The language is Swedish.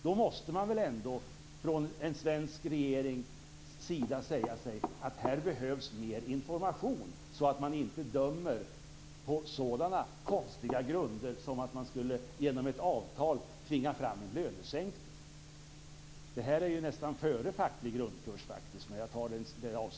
Då måste ändå en svensk regering säga att det behövs mer information, så att domstolen inte dömer på så konstiga grunder som att med hjälp av ett avtal tvinga fram en lönesänkning. Detta är nästan före facklig grundkurs.